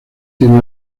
tiene